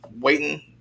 waiting